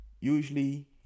usually